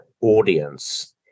audience